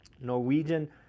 Norwegian